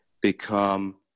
become